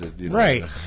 Right